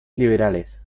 liberales